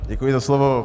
Děkuji za slovo.